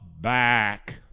back